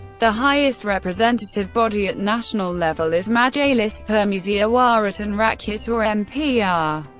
the highest representative body at national level is majelis permusyawaratan rakyat or mpr.